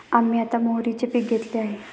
आम्ही आता मोहरीचे पीक घेतले आहे